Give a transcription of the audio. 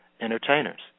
entertainers